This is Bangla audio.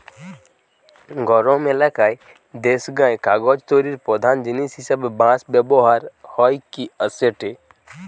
গরম এলাকার দেশগায় কাগজ তৈরির প্রধান জিনিস হিসাবে বাঁশ ব্যবহার হইকি আসেটে